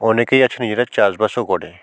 অনেকেই আছে নিজেরা চাষবাসও করে